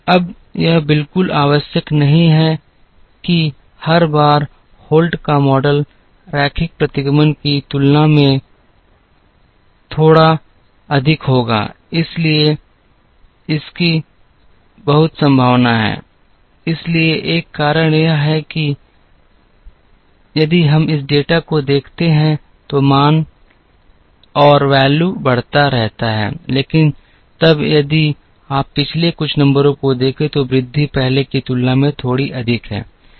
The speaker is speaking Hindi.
अब यह बिल्कुल आवश्यक नहीं है कि हर बार होल्ट का मॉडल रैखिक प्रतिगमन की तुलना में थोड़ा अधिक होगा लेकिन इसकी बहुत संभावना है इसलिए एक कारण यह है कि यदि हम इस डेटा को देखते हैं तो मान बढ़ता रहता है लेकिन तब यदि आप पिछले कुछ नंबरों को देखें तो वृद्धि पहले की तुलना में थोड़ी अधिक है